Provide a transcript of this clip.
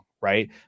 right